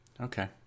Okay